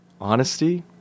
Honesty